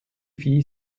fille